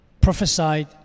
prophesied